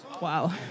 Wow